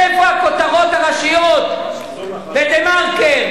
איפה הכותרות הראשיות ב"דה-מרקר",